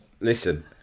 listen